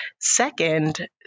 Second